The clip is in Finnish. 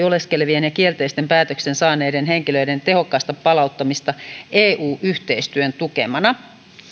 oleskelevien ja kielteisen päätöksen saaneiden henkilöiden tehokasta palauttamista eu yhteistyön tukemana